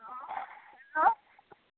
hello